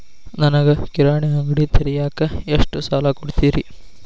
ನನಗ ಕಿರಾಣಿ ಅಂಗಡಿ ತಗಿಯಾಕ್ ಎಷ್ಟ ಸಾಲ ಕೊಡ್ತೇರಿ?